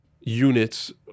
units